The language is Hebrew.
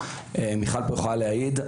מיכל פה יכולה להעיד,